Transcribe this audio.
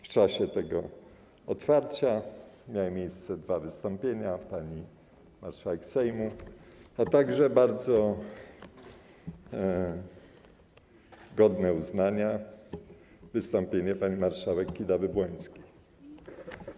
W czasie tego otwarcia miały miejsce dwa wystąpienia: pani marszałek Sejmu, a także bardzo godne uznania wystąpienie pani marszałek Kidawy-Błońskiej.